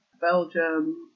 Belgium